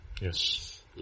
Yes